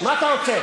מה אתה רוצה?